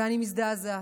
ואני מזדעזעת.